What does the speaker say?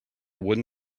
wooden